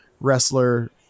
wrestler